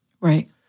Right